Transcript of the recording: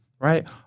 Right